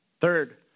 Third